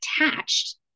attached